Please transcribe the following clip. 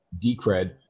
Decred